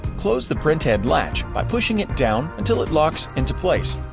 close the printhead latch by pushing it down until it locks into place.